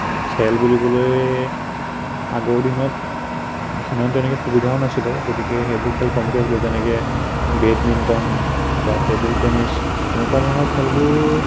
খেল বুলিবলৈ আগৰ দিনত সিমান তেনেকৈ সুবিধাও নাছিলে গতিকে সেইবোৰ খেল কমকৈ আছিলে যেনেকৈ বেডমিণ্টন বা টেবুল টেনিছ এনেকুৱা ধৰণৰ খেলবোৰ